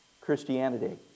Christianity